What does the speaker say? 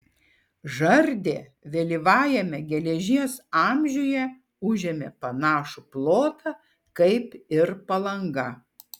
žardė vėlyvajame geležies amžiuje užėmė panašų plotą kaip ir palanga